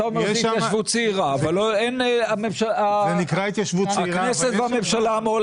מכיוון שמדובר בתקציבים שוטפים אלה תקציבים שהרשות המקומית מתבססת עליהם